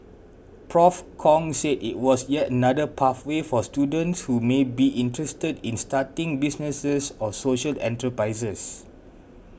Prof Kong said it was yet another pathway for students who may be interested in starting businesses or social enterprises